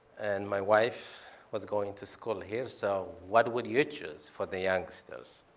and my wife was going to school here. so what would you choose, for the youngsters?